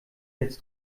jetzt